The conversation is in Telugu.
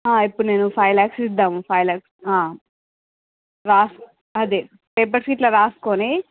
ఇప్పుడు నేను ఫైవ్ లాక్స్ ఇద్దాం ఫైవ్ లాక్స్ రస్ అదే పేపర్ షిట్లో రాసుకుని